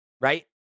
right